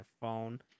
phone